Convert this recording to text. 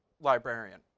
librarian